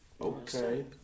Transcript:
Okay